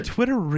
Twitter